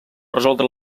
resoldre